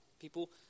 people